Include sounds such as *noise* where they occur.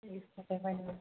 *unintelligible*